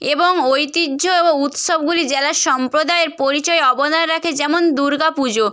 এবং ঐতিহ্য ও উৎসবগুলি জেলার সম্প্রদায়ের পরিচয়ে অবদান রাখে যেমন দুর্গা পুজো